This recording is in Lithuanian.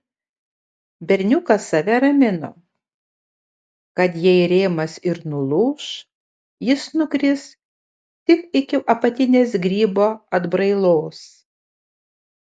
berniukas save ramino kad net jei rėmas ir nulūš jis nukris tik iki apatinės grybo atbrailos